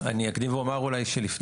אני רוצה גם להצטרף למה שאמרו פה מפורום